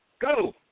Go